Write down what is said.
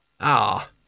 Ah